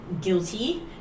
guilty